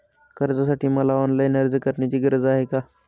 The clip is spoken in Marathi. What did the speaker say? कर्जासाठी मला ऑनलाईन अर्ज करण्याची गरज आहे का?